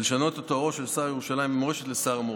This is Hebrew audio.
ולשנות את תוארו של שר ירושלים ומורשת לשר המורשת.